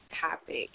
topic